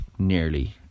nearly